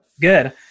Good